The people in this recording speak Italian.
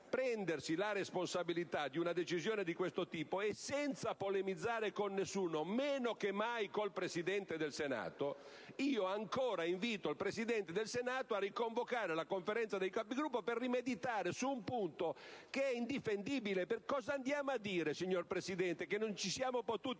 la responsabilità di una decisione di questo tipo e, senza polemizzare con nessuno, meno che mai con il Presidente del Senato, ancora una volta invito quest'ultimo a riconvocare la Conferenza dei Capigruppo per rimeditare su un punto che è indifendibile. Ma cosa andiamo a dire, signor Presidente: che non ci siamo potuti